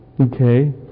Okay